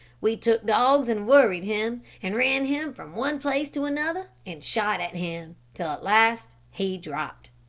we took dogs and worried him, and ran him from one place to another, and shot at him, till at last he dropped.